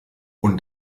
und